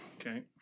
Okay